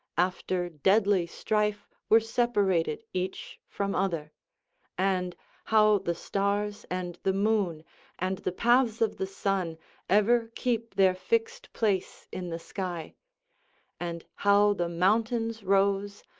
after deadly strife were separated each from other and how the stars and the moon and the paths of the sun ever keep their fixed place in the sky and how the mountains rose,